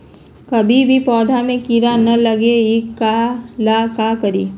कभी भी पौधा में कीरा न लगे ये ला का करी?